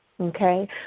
okay